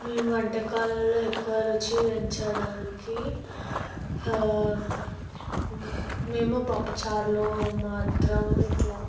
మేము వంటకాలల్లో ఎక్కువగా రుచి పెంచడానికి మేము పప్పుచారులో మాత్రం ఇట్ల